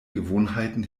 gewohnheiten